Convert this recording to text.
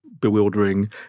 bewildering